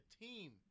team